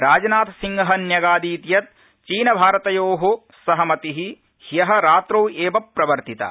राजनाथ सिंह न्यगादीत् यत् चीनभारतयो सहमति ह्य रात्रौ एव प्रवर्तिता